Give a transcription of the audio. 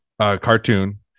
cartoon